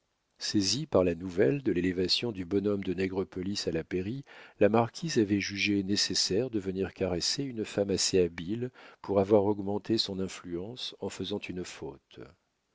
saisie par la nouvelle de l'élévation du bonhomme de nègrepelisse à la pairie la marquise avait jugé nécessaire de venir caresser une femme assez habile pour avoir augmenté son influence en faisant une faute